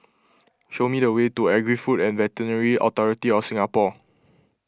show me the way to Agri Food and Veterinary Authority of Singapore